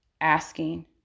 asking